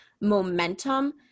momentum